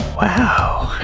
wow!